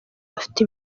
afite